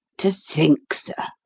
to think, sir,